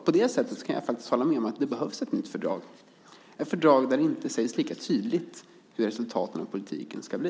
På det sättet kan jag hålla med om att det behövs ett nytt fördrag, ett fördrag där det inte sägs lika tydligt hur resultatet av politiken ska bli.